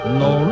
no